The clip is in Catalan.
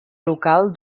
local